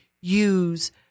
use